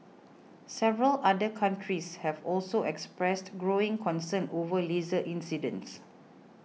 several other countries have also expressed growing concern over laser incidents